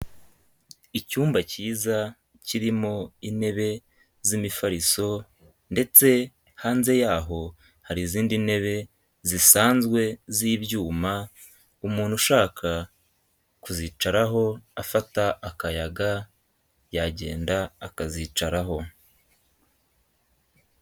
Icyumba cyiza kirimo intebe z'imifarizo ndetse hanze yaho hari izindi ntebe zisanzwe z'ibyuma umuntu ushaka kuzicaraho afata akayaga yagenda akazicaraho.